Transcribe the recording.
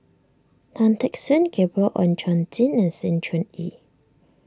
Tan Teck Soon Gabriel Oon Chong Jin and Sng Choon Yee